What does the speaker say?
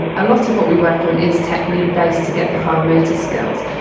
a lot of what we work on is technique base to get the fine motor skills,